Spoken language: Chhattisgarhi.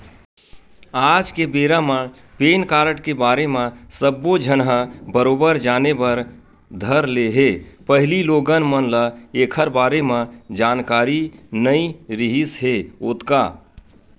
आज के बेरा म पेन कारड के बारे म सब्बो झन ह बरोबर जाने बर धर ले हे पहिली लोगन मन ल ऐखर बारे म जानकारी नइ रिहिस हे ओतका